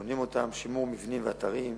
שבונים אותם, שימור מבנים ואתרים,